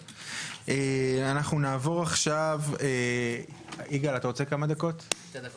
שלום, אני מיכאל יוסף, מנכ"ל און ליין ברמי לוי.